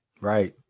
Right